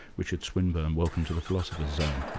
richard swinburne, welcome to the philosopher's zone.